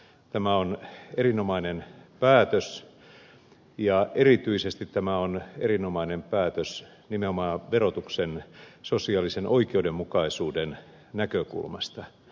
tämä on erinomainen päätös ja erityisesti tämä on erinomainen päätös nimenomaan verotuksen sosiaalisen oikeudenmukaisuuden näkökulmasta